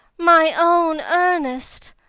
my own ernest!